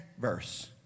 verse